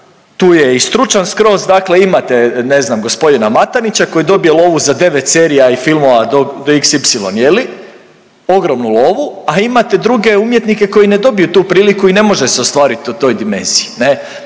tu je i stručan skroz. Dakle, imate ne znam g. Matanića koji dobije lovu za devet serija i filmova do xy je li, ogromnu lovu, a imate druge umjetnike koji ne dobiju tu priliku i ne može ostvariti u toj dimenziji ne,